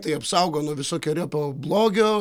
tai apsaugo nuo visokeriopo blogio ir nes